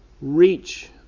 reach